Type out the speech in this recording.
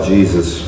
Jesus